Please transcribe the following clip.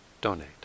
donate